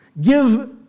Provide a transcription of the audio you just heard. Give